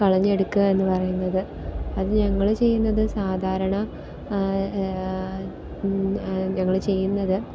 കളഞ്ഞെടുക്കുക എന്നു പറയുന്നത് അത് ഞങ്ങൾ ചെയ്യുന്നത് സാധാരണ ഞങ്ങൾ ചെയ്യുന്നത്